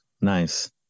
Nice